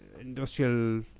industrial